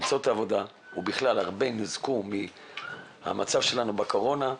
למצוא את העבודה ובכלל הרבה ניזוקו מהמצב שלנו בעקבות הקורונה.